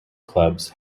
clubs